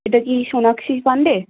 এটা কি সোনাক্ষী পাণ্ডে